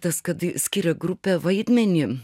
tas kad skiria grupė vaidmenį